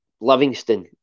Livingston